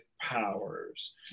powers